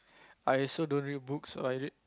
I also don't read book I read